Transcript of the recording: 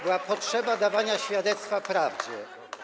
Była potrzeba dawania świadectwa prawdzie.